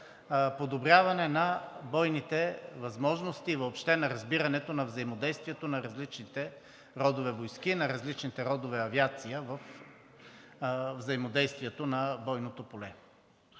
подобряване на бойните възможности и въобще на разбирането на взаимодействието на различните родове войски, на различните родове авиация във взаимодействието на бойното поле.